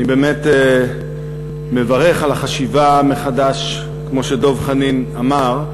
אני באמת מברך על החשיבה מחדש, כמו שדב חנין אמר,